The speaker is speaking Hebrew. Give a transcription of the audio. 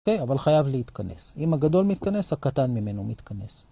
אוקיי, אבל חייב להתכנס. אם הגדול מתכנס, הקטן ממנו מתכנס.